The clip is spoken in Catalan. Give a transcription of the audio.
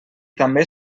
també